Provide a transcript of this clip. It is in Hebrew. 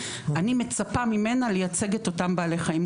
אני מצפה ממנה לייצג את בעלי החיים.